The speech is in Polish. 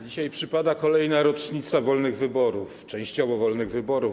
Dzisiaj przypada kolejna rocznica wolnych wyborów, częściowo wolnych wyborów.